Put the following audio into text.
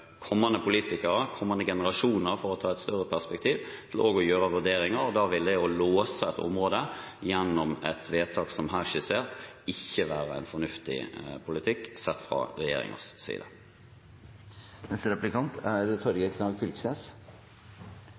kommende politikere, kommende generasjoner – for å sette det i et større perspektiv – kan gjøre vurderinger. Da vil det å låse et område gjennom et vedtak som her skissert, ikke være fornuftig politikk, sett fra